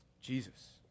Jesus